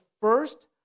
first